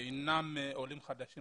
שאינם עולים חדשים,